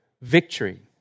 victory